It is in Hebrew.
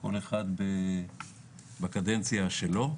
כל אחד בקדנציה שלו.